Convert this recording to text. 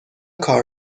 کار